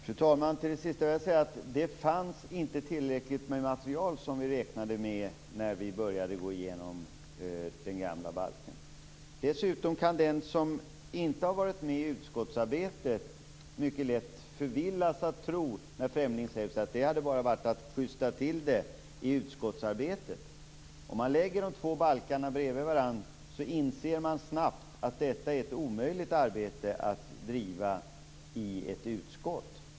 Fru talman! Med anledning av det sista vill jag säga att det inte fanns tillräckligt med material, vilket vi räknade med när vi började gå igenom den gamla balken. När Fremling säger att det bara hade varit att justera till det hela i utskottsarbetet kan dessutom den som inte har varit med i det arbetet mycket lätt förvillas att tro att det var så. Men om man lägger de två balkarna bredvid varandra inser man snabbt att det är ett omöjligt arbete att utföra i ett utskott.